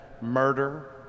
murder